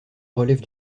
relève